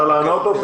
אפשר לענות?